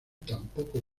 tampoco